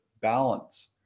balance